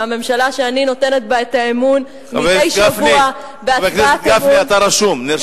מהממשלה שאני נותנת בה את האמון מדי שבוע בהצבעת אמון.